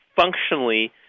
functionally